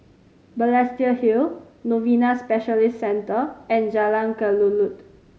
Balestier Hill Novena Specialist Centre and Jalan Kelulut